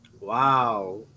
Wow